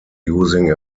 using